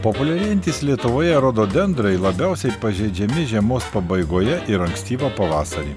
populiarėjantys lietuvoje rododendrai labiausiai pažeidžiami žiemos pabaigoje ir ankstyvą pavasarį